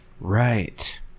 Right